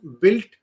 built